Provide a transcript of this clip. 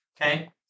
Okay